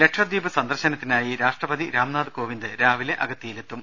ലക്ഷദ്ധീപ് സന്ദർശനത്തിനായി രാഷ്ട്രപതി രാംനാഥ് കോവിന്ദ് രാവിലെ അഗ ത്തിയിലെത്തും